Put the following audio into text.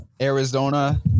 Arizona